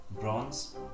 Bronze